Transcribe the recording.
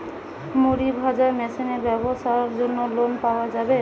মুড়ি ভাজা মেশিনের ব্যাবসার জন্য লোন পাওয়া যাবে?